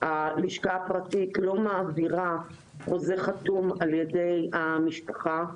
הלשכה הפרטית לא מעבירה חוזה חתום על ידי המשפחה,